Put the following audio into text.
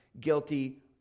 guilty